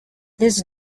this